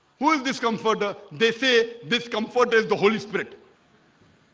who is this comforter? they say this comfort is the holy spirit.